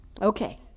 Okay